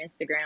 Instagram